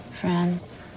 Friends